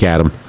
Adam